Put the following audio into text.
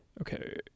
Okay